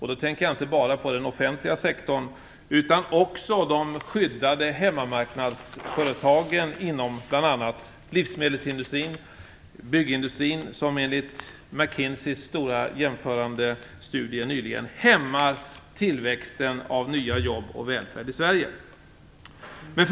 Jag tänker då inte bara på den offentliga sektorn utan också på de skyddade hemmamarknadsföretagen inom bl.a. McKinseys stora jämförande studie nyligen hämmar tillväxten av nya jobb och välfärd i Sverige.